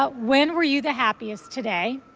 ah when were you the happiest today?